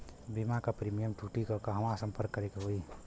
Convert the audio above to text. बीमा क प्रीमियम टूटी त कहवा सम्पर्क करें के होई?